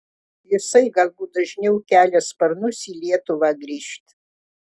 jisai galbūt dažniau kelia sparnus į lietuvą grįžt